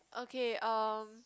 okay uh